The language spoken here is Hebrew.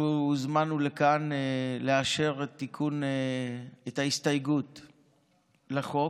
אנחנו הוזמנו לכאן לאשר את ההסתייגות לחוק,